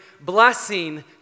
blessing